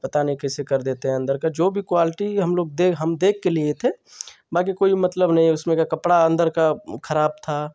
पता नहीं कैसे कर देते हैं अंदर का जो भो क्वालटी हम लोग देख हम देख के लिए थे बाकी कोई मतलब नहीं है उसमें का कपड़ा अंदर का खराब था